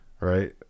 right